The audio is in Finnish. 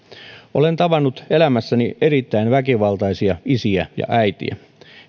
olen tavannut elämässäni erittäin väkivaltaisia isiä ja äitejä